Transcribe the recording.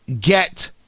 get